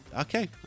Okay